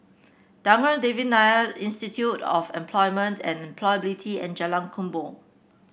Thanggam Devan Nair Institute of Employment and Employability and Jalan Kubor